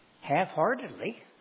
half-heartedly